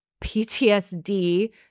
PTSD